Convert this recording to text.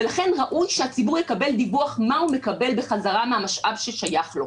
ולכן ראוי שהציבור יקבל דיווח מה הוא מקבל בחזרה מהמשאב ששייך לו.